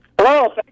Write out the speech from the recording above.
Hello